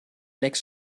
lecks